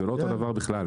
זה לא אותו דבר בכלל.